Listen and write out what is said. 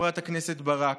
חברת הכנסת ברק,